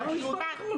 למה משפט אחרון?